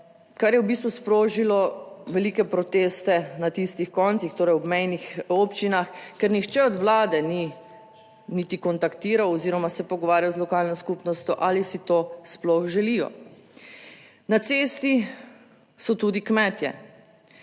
bistvu sprožilo velike proteste na tistih koncih torej v obmejnih občinah, ker nihče od Vlade ni niti kontaktiral oziroma se pogovarjal z lokalno skupnostjo ali si to sploh želijo. Na cesti so tudi kmetje,